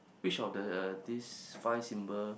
which of the this five symbol